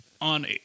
on